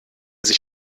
sich